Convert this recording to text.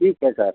ठीक है सर